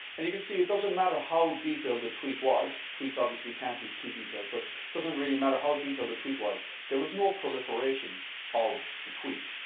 and you can see it doesn't matter how detailed the tweet was. tweets, obviously, can't be too detailed, but doesn't really matter how detailed are the tweet was. there was no proliferation of the tweet.